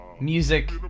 music